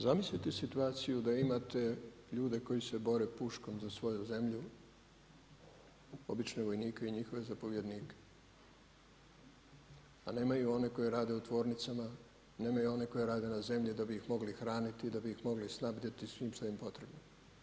Zamislite situaciju da imate ljude koji se bore puškom za svoju zemlju, obične vojnike i njihove zapovjednike, a nemaju one koje rade u tvornicama, nemaju one koji rade na zemlji da bih ih mogli hraniti i da bi ih mogli snabdjeti svim što je potrebno.